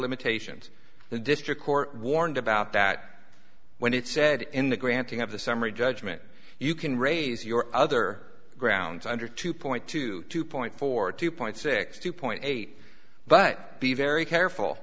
limitations the district court warned about that when it said in the granting of the summary judgment you can raise your other grounds under two point two two point four two point six two point eight but be very careful